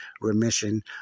remission